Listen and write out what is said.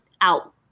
out